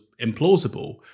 implausible